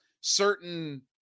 certain